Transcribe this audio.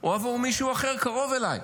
או בעבור מישהו אחר קרוב אליי.